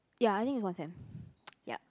ya I think is one sem ya